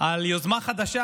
על יוזמה חדשה